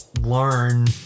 learn